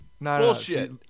Bullshit